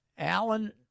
Alan